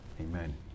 Amen